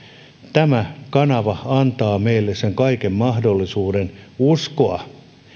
tämä kanava antaa meille sen kaiken mahdollisuuden uskoa